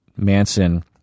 Manson